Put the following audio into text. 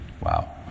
wow